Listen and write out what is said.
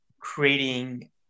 creating